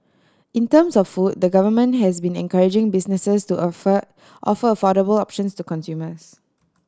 in terms of food the Government has been encouraging businesses to offer offer affordable options to consumers